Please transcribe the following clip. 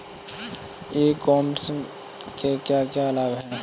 ई commerce के क्या क्या लाभ हैं?